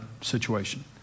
situation